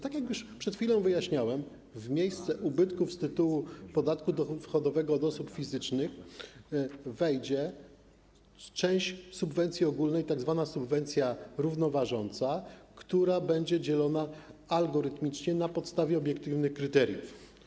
Tak jak przed chwilą wyjaśniałem, w miejsce ubytków z tytułu podatku dochodowego od osób fizycznych wejdzie część subwencji ogólnej, tzw. subwencja równoważąca, która będzie dzielona algorytmicznie na podstawie obiektywnych kryteriów.